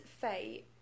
fate